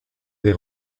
des